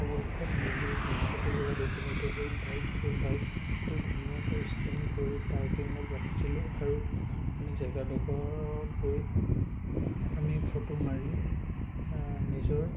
অৱশেষত নিদি নিৰ্ধাৰিত জেগাত উপনীত হৈ বাইকটো বাইকবোৰ ধুনীয়াকৈ ষ্টেণ্ড কৰি পাৰ্কিঙত ৰাখিছিলোঁ আৰু আমি জেগাডোখৰত গৈ আমি ফটো মাৰি নিজৰ